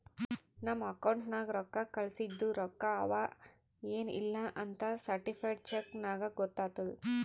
ನಮ್ದು ಅಕೌಂಟ್ ನಾಗ್ ರೊಕ್ಕಾ ಕಳ್ಸಸ್ಟ ರೊಕ್ಕಾ ಅವಾ ಎನ್ ಇಲ್ಲಾ ಅಂತ್ ಸರ್ಟಿಫೈಡ್ ಚೆಕ್ ನಾಗ್ ಗೊತ್ತಾತುದ್